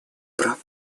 прав